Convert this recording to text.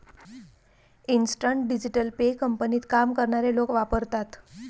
instant digital pay कंपनीत काम करणारे लोक वापरतात